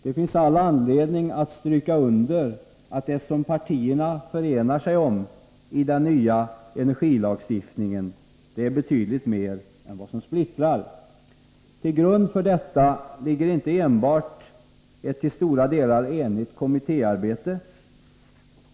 Det finns all anledning att stryka under allt det som partierna förenar sig om i den nya kärnenergilagstiftningen. Det är betydligt mer än vad som splittrar. Till grund för detta ligger inte enbart ett till stora delar enigt kommittéarbete.